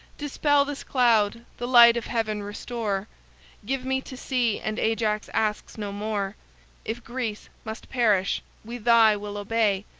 dispel this cloud, the light of heaven restore give me to see and ajax asks no more if greece must perish we thy will obey,